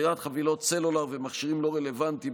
מכירת חבילות סלולר ומכשירים לא רלוונטיים,